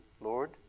Lord